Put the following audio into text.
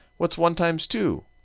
what's one times two?